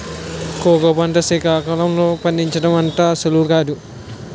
cocoa పంట సికాకుళం లో పండించడం అంత సులువు కాదు